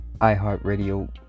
iHeartRadio